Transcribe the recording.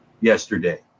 yesterday